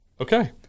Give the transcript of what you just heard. Okay